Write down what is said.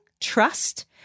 trust